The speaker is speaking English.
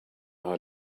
how